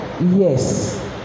Yes